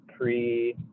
pre